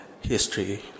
history